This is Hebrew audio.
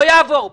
זה לא יעבור פה.